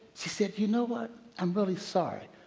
she said, you know what? i'm really sorry,